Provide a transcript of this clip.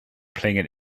playing